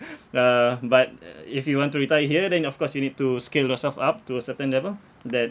uh but uh if you want to retire here then of course you need to scale yourself up to a certain level that